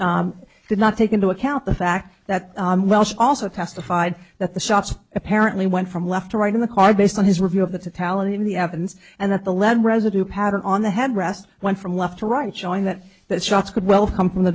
not did not take into account the fact that well she also testified that the shots apparently went from left to right in the car based on his review of the talent in the evidence and that the lead residue pattern on the headrest went from left to right showing that that shots could well come from the